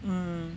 um